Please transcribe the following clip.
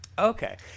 Okay